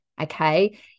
okay